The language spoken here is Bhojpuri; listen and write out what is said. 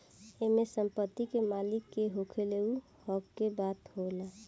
एमे संपत्ति के मालिक के होखे उ हक के बात होला